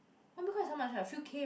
one Bitcoin is how much ah few K